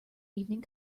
evening